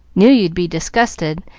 knew you'd be disgusted,